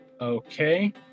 Okay